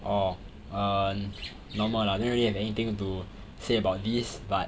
orh err normal lah don't really have anything to say about this